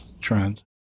trend